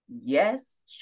yes